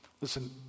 Listen